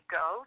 go